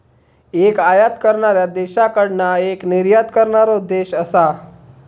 एक आयात करणाऱ्या देशाकडना एक निर्यात करणारो देश असा